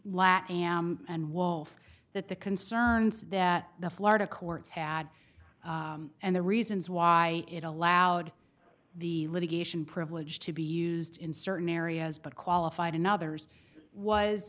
am and wolf that the concerns that the florida courts had and the reasons why it allowed the litigation privilege to be used in certain areas but qualified and others was